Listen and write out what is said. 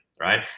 Right